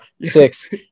six